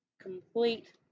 complete